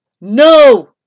No